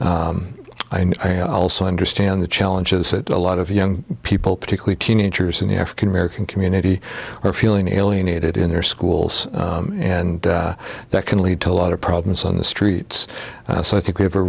family also understand the challenges that a lot of young people particularly teenagers in the african american community are feeling alienated in their schools and that can lead to a lot of problems on the streets so i think we have a